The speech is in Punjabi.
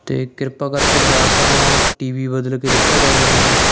ਅਤੇ ਕਿਰਪਾ ਕਰਕੇ ਜਾਂ ਤਾਂ ਟੀ ਵੀ ਬਦਲ ਕੇ ਦਿੱਤਾ ਜਾਵੇ ਮੈਨੂੰ